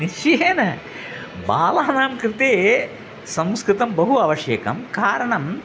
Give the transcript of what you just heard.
निश्चयेन बालानां कृते संस्कृतं बहु आवश्यकं कारणम्